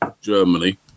Germany